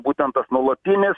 būtent tas nuolatinis